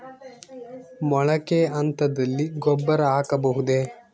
ಮೊಳಕೆ ಹಂತದಲ್ಲಿ ಗೊಬ್ಬರ ಹಾಕಬಹುದೇ?